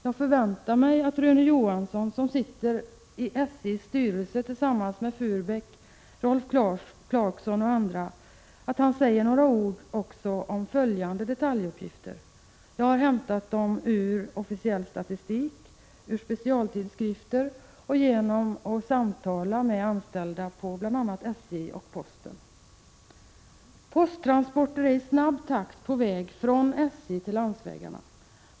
Jag förväntar mig att Rune Johansson, som sitter i SJ:s styrelse tillsammans med Furbäck, Rolf Clarkson och andra, säger några ord också om följande detaljuppgifter — jag har hämtat dem ur officiell statistik, ur specialtidskrifter och genom att samtala med anställda på bl.a. SJ och posten: 0 Posttransporterna är i snabb takt på väg från SJ till landsvägarna.